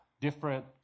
different